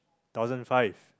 thousand five